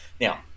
Now